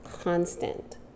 constant